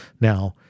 Now